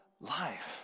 life